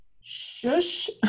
Shush